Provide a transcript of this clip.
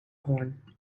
horn